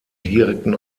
direkten